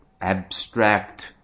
abstract